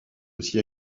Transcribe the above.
aussi